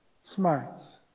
smarts